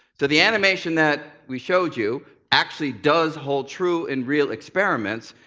so the animation that we showed you actually does hold true in real experiments.